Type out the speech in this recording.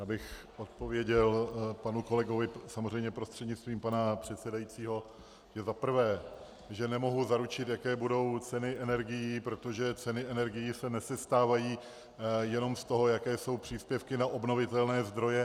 Já bych odpověděl panu kolegovi, samozřejmě prostřednictvím pana předsedajícího, že za prvé nemohu zaručit, jaké budou ceny energií, protože ceny energií nesestávají jenom z toho, jaké jsou příspěvky na obnovitelné zdroje.